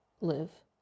live